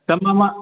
दा मा मा